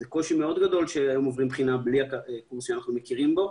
זה קושי מאוד גדול שהם עוברים בחינה בלי קורס שאנחנו מכירים בו,